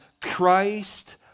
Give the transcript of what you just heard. Christ